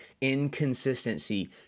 inconsistency